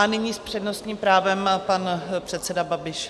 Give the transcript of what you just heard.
Nyní s přednostním právem pan předseda Babiš.